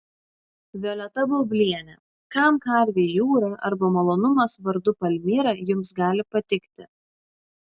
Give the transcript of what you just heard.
violeta baublienė kam karvei jūra arba malonumas vardu palmira jums gali patikti